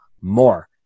more